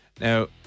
Now